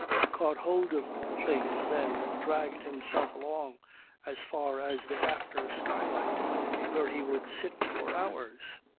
he caught hold of things then and dragged himself along as far as the after skylight where he would sit for hours.